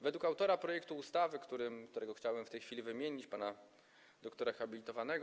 Według autora projektu ustawy, którego chciałbym w tej chwili wymienić, pana dr. hab.